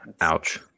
ouch